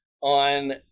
on